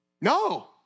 No